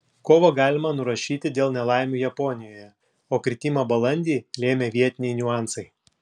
kovą galima nurašyti dėl nelaimių japonijoje o kritimą balandį lėmė vietiniai niuansai